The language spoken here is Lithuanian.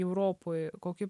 europoj kokį